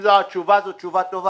זו התשובה, זו התשובה טובה.